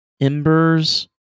embers